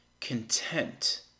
content